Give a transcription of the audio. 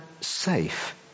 safe